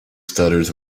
stutters